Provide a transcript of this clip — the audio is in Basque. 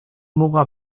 muga